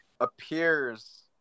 appears